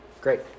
great